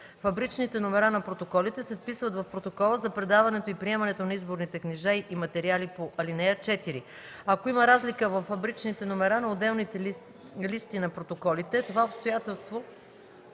фабричните номера на протоколите се вписват в протокола за предаването и приемането на изборните книжа и материали по ал. 4; ако има разлика във фабричните номера на отделните листи на протоколите, това обстоятелство